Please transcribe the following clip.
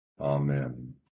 Amen